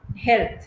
health